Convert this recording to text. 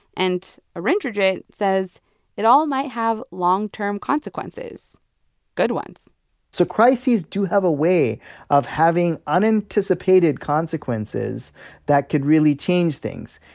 and arindrajit says it all might have long-term consequences good ones so crises do have a way of having unanticipated consequences that could really change things.